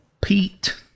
Pete